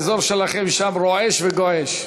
האזור שלכם שם רועש וגועש.